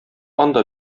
анда